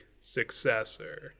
successor